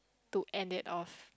to end it off